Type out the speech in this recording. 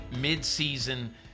mid-season